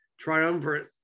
triumvirate